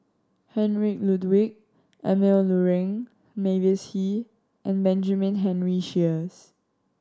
Heinrich Ludwig Emil Luering Mavis Hee and Benjamin Henry Sheares